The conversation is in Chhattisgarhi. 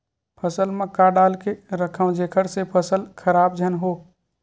फसल म का डाल के रखव जेखर से फसल खराब झन हो?